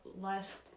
less